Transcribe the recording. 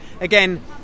again